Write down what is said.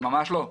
ממש לא.